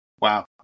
Wow